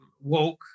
woke